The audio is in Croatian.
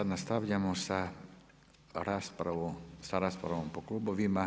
Sad nastavljamo sa raspravom po klubovima.